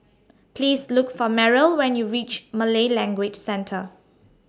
Please Look For Meryl when YOU REACH Malay Language Centre